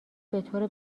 بطور